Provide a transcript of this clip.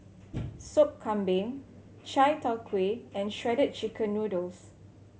Sop Kambing Chai Tow Kuay and Shredded Chicken Noodles